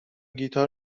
گیتار